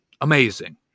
Amazing